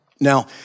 Now